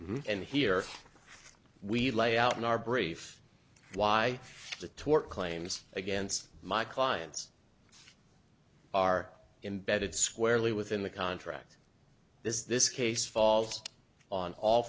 rubric and here we lay out in our brief why the tort claims against my clients are embedded squarely within the contract this this case falls on all